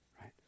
right